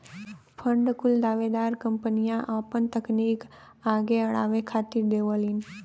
fund कुल दावेदार कंपनियन आपन तकनीक आगे अड़ावे खातिर देवलीन